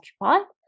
occupied